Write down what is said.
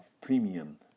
premium